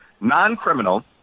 non-criminal